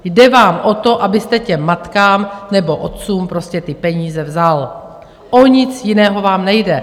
Jde vám o to, abyste těm matkám nebo otcům prostě ty peníze vzal, o nic jiného vám nejde.